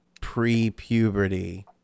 pre-puberty